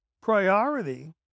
priority